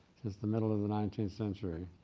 since the middle of the nineteenth century,